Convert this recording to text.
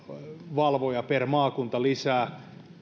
valvoja per maakunta lisää